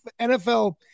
NFL